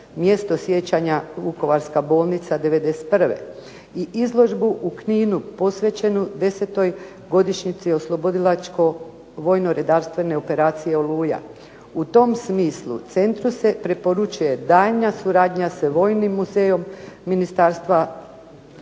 "Mjesto sjećanja – Vukovarska bolnica '91.". I izložbu u Kninu posvećenu 10. godišnjici oslobodilačko-vojno redarstvene operacije "Oluja". U tom smislu centru se preporučuje daljnja suradnja s Vojnim muzejom Ministarstva MORH-a